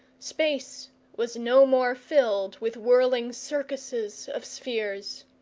space was no more filled with whirling circuses of spheres.